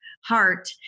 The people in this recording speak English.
heart